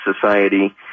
society